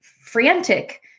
frantic